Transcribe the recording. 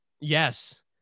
Yes